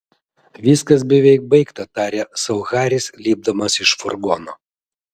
viskas beveik baigta tarė sau haris lipdamas iš furgono